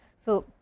so,